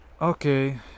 Okay